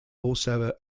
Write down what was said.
also